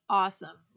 awesome